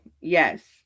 Yes